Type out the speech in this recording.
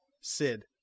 Sid